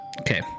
okay